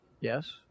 Yes